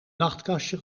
nachtkastje